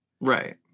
right